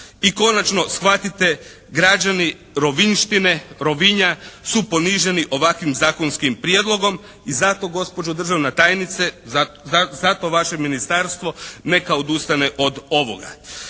I konačno shvatite građani rovinjštine, Rovinja su poniženi ovakvim zakonskim prijedlogom i zato gospođo državna tajnice, zato vaše Ministarstvo neka odustane od ovoga.